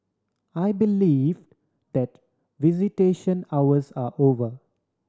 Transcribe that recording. I believe that visitation hours are over